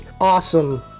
awesome